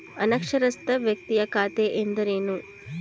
ಅನಕ್ಷರಸ್ಥ ವ್ಯಕ್ತಿಯ ಖಾತೆ ಎಂದರೇನು?